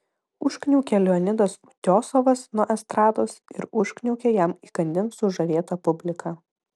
užkniaukė leonidas utiosovas nuo estrados ir užkniaukė jam įkandin sužavėta publika